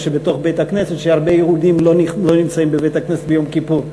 שבבית-הכנסת שהרבה יהודים לא נמצאים בבית-הכנסת ביום כיפור.